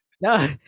No